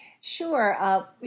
Sure